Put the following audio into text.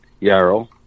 Yarrow